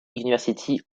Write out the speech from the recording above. university